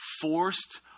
forced